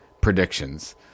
predictions